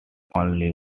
only